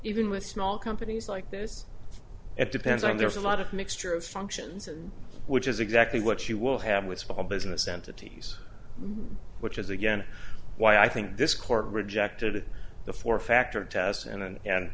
even with small companies like this it depends on there's a lot of mixture of functions and which is exactly what you will have with small business entities which is again why i think this court rejected the four factor test and and and